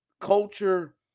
culture